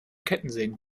kettensägen